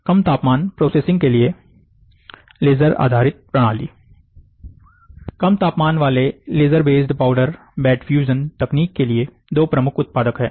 कम तापमान प्रोसेसिंग के लिए लेजर आधारित प्रणाली कम तापमान वाले laser based powder bed fusion तकनीक के लिए दो प्रमुख उत्पादक है